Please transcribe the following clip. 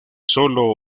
sólo